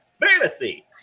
Fantasy